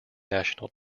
national